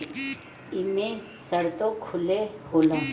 एमे सरतो खुबे होला